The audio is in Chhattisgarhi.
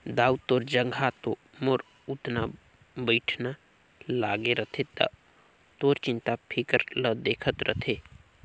दाऊ तोर जघा तो मोर उठना बइठना लागे रथे त तोर चिंता फिकर ल देखत रथें